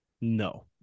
no